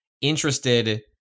interested